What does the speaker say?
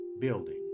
building